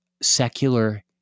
secular